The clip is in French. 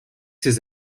ses